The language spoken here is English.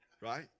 right